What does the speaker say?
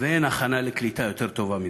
ואין הכנה לקליטה יותר טובה מזו.